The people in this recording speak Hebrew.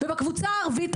ובקבוצה הערבית,